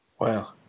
Wow